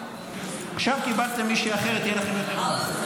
עכשיו קיבלתם מישהי אחרת, יהיה לכם יותר נוח.